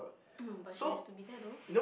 no but she has to be there though